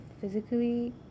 physically